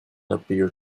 appeared